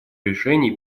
решения